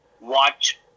watch